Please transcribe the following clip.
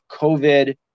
COVID